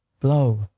blow